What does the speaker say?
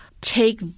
take